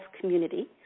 community